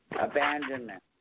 abandonment